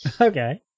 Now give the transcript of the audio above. Okay